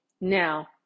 Now